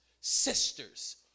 sisters